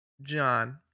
John